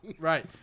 Right